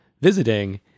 visiting